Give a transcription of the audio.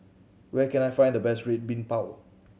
where can I find the best Red Bean Bao